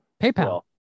PayPal